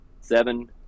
seven